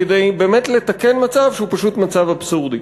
כדי באמת לתקן מצב שהוא פשוט מצב אבסורדי.